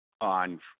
on